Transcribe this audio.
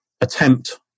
attempt